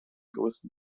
größten